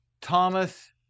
Thomas